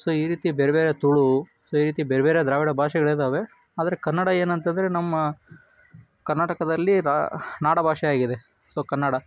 so ಈ ರೀತಿ ಬೇರೆ ಬೇರೆ ತುಳು ಸೊ ಈ ರೀತಿ ಬೇರೆ ಬೇರೆ ದ್ರಾವಿಡ ಭಾಷೆಗಳಿದ್ದಾವೆ ಆದರೆ ಕನ್ನಡ ಏನಂತಂದರೆ ನಮ್ಮ ಕರ್ನಾಟಕದಲ್ಲಿ ರಾ ನಾಡ ಭಾಷೆಯಾಗಿದೆ ಸೊ ಕನ್ನಡ